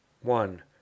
one